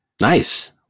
Nice